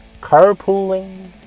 carpooling